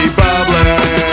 bubbling